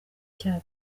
cya